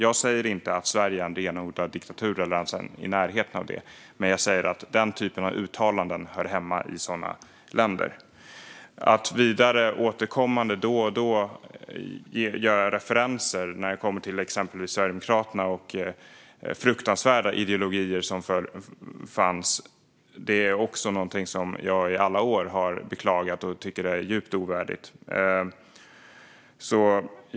Jag säger inte att Sverige är en renodlad diktatur eller ens i närheten av det, men jag säger att den typen av uttalanden hör hemma i sådana länder. Att man återkommande, då och då, gör referenser till exempelvis Sverigedemokraterna och fruktansvärda ideologier som fanns förr är också något som jag i alla år har beklagat och tycker är djupt ovärdigt.